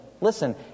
listen